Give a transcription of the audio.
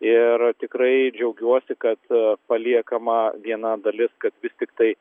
ir tikrai džiaugiuosi kad paliekama viena dalis kad vis tiktai